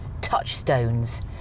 touchstones